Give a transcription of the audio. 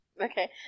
Okay